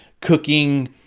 cooking